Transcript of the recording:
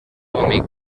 amic